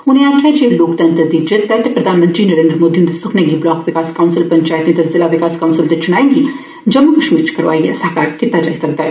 उनें आक्खेआ जे एह् लोकतंत्र दी जित्त ऐ ते प्रघानमंत्री नरेन्द्र मोदी हुन्दे सुखने गी ब्लाक विकास कौंसल पंचायत ते ज़िला विकास कौंसल दे चुनाएं गी जम्मू कश्मीर च करोआईयै साकार कीता जाई सकदा ऐ